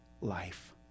life